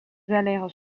allèrent